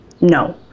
no